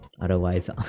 Otherwise